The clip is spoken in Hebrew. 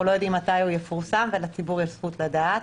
לא יודעים מתי הוא יפורסם ולציבור יש זכות לדעת.